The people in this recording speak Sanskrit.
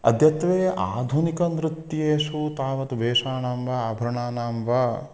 अद्यत्वे आधुनिकनृत्येषु तावत् वेशानां वा आभरणानां वा